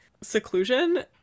seclusion